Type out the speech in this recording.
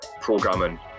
programming